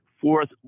Fourth